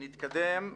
נתקדם.